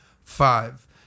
five